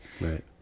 Right